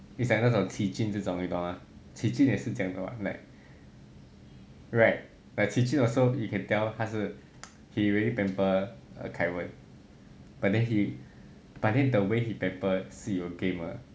is like 那种 qi jun 这种你懂吗 qi jun 也是这样的 mah like right qi jun also you can tell 他是 he really pamper kai wen but then he but the way he pamper 是有 game 的